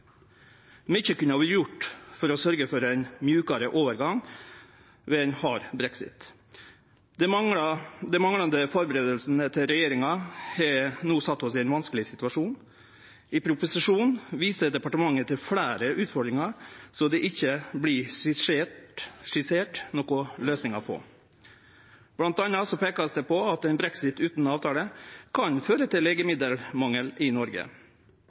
kunne vore gjort for å sørgje for ein mjukare overgang ved ein hard brexit. Den manglande førebuinga til regjeringa har no sett oss i ein vanskeleg situasjon. I proposisjonen viser departementet til fleire utfordringar som det ikkje vert skissert noka løysing på. Blant anna vert det peikt på at ein brexit utan avtale kan føre til legemiddelmangel i Noreg,